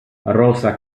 rosa